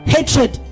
Hatred